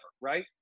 right